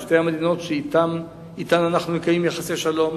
שתי המדינות שאתן אנו מקיימים יחסי שלום,